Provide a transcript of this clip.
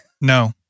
No